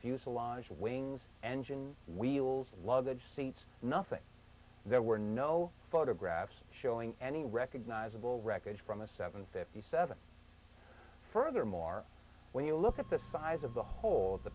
fuselage wings engine wheels and luggage seats nothing there were no photographs showing any recognizable wreckage from the seven fifty seven furthermore when you look at the size of the hole the